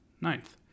ninth